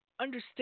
understand